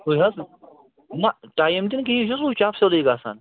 سُے حظ نہ ٹایِم تہِ نہٕ کِہیٖنۍ سُچ آف سیٚودُے گَژھان